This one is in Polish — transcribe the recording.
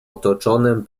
otoczonym